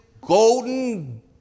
golden